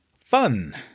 Fun